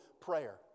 prayer